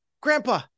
grandpa